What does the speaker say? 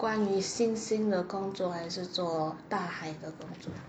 关于星星的工作还是做大海工作